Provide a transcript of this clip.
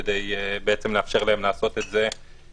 כדי לאפשר להם לעשות את זה עכשיו,